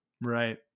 Right